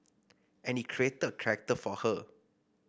and he created a character for her